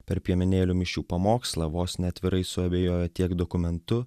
per piemenėlių mišių pamokslą vos ne atvirai suabejojo tiek dokumentu